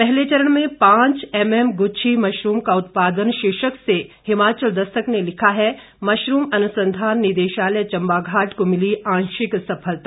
पहले चरण में पांच एमएम गुच्छी मशरूम का उत्पादन शीर्षक से हिमाचल दस्तक ने लिखा है मशरूम अनुसंधान निदेशालय चंबाघाट को मिली आंशिक सफलता